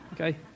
Okay